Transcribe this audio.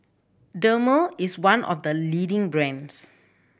Dermale is one of the leading brands